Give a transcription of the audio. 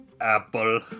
Apple